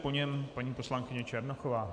Po něm paní poslankyně Černochová.